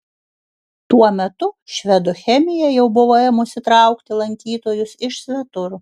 tuo metu švedų chemija jau buvo ėmusi traukti lankytojus iš svetur